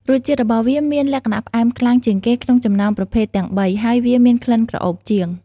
រសជាតិរបស់វាមានលក្ខណៈផ្អែមខ្លាំងជាងគេក្នុងចំណោមប្រភេទទាំងបី ហើយវាមានក្លិនក្រអូបជាង។